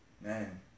man